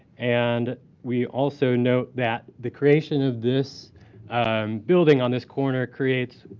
and we also note that the creation of this um building on this corner creates